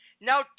Now